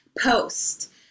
post